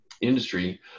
industry